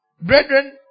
Brethren